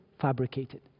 fabricated